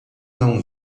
não